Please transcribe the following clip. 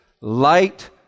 Light